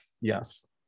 Yes